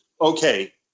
okay